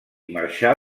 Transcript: marxà